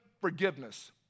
forgiveness